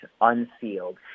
unsealed